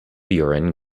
buren